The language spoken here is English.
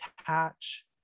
attach